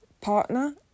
partner